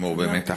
אשמור במתח.